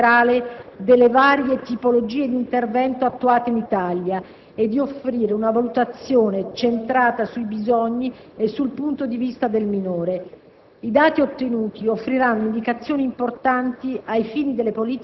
La ricerca si pone l'obiettivo di ricostruire un quadro generale delle varie tipologie di intervento attuate in Italia e di offrirne una valutazione centrata sui bisogni e sul punto di vista del minore.